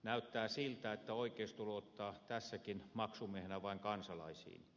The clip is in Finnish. näyttää siltä että oikeisto luottaa tässäkin maksumiehenä vain kansalaisiin